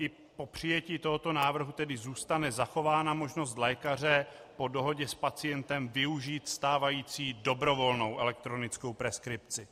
I po přijetí tohoto návrhu tedy zůstane zachována možnost lékaře po dohodě s pacientem využít stávající dobrovolnou elektronickou preskripci.